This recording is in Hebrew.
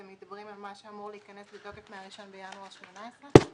אתם מדברים על מה שאמור להיכנס לתוקף מה-1 בינואר 2018?